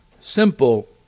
simple